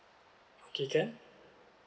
okay can